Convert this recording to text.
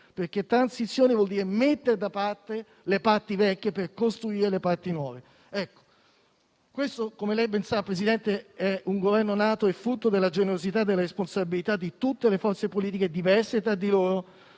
perché transizione vuol dire mettere da parte le parti vecchie per costruire le parti nuove. Presidente, come lei ben sa, questo è un Governo frutto della generosità e della responsabilità di tutte le forze politiche diverse tra loro.